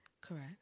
correct